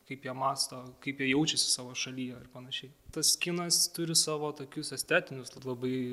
kaip jie mąsto kaip jie jaučiasi savo šalyje ar panašiai tas kinas turi savo tokius estetinius labai